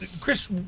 Chris